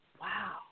Wow